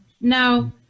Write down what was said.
Now